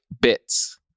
Bits